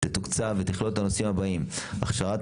תתוקצב ותכלול את הנושאים הבאים: הכשרת